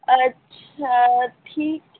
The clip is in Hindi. अच्छा ठीक